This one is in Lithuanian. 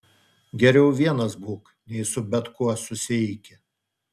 geriau vienas būk nei su bet kuo susieiki